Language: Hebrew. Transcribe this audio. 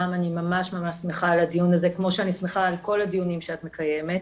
ממש שמחה על הדיון הזה כמו שאני שמחה על כל הדיונים שאת מקיימת,